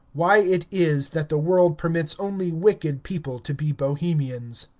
why it is that the world permits only wicked people to be bohemians.